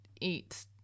eat